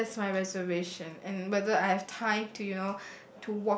yes that's my reservation and whether I have time to you know